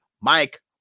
Mike